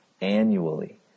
annually